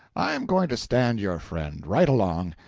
i am going to stand your friend, right along,